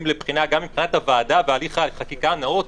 לבחינה גם מבחינת הוועדה והליך החקיקה הנאות.